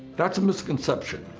that's a misconception.